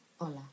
Hola